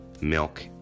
milk